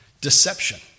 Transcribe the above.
Deception